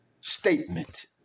statement